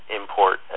import